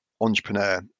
entrepreneur